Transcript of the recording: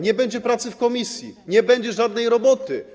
Nie będzie pracy w komisji, nie będzie żadnej roboty.